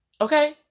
Okay